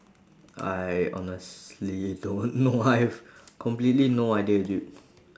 I honestly don't know I've completely no idea dude